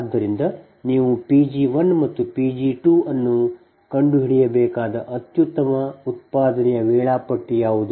ಆದ್ದರಿಂದ ನೀವು P g1 ಮತ್ತು P g2 ಅನ್ನು ಕಂಡುಹಿಡಿಯಬೇಕಾದ ಅತ್ಯುತ್ತಮ ಉತ್ಪಾದನೆಯ ವೇಳಾಪಟ್ಟಿ ಯಾವುದು